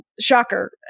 shocker